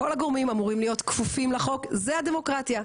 כל הגורמים אמורים להיות כפופים לחוק זה הדמוקרטיה,